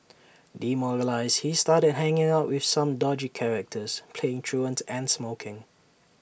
demoralised he started hanging out with some dodgy characters playing truant and smoking